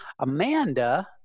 Amanda